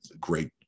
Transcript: great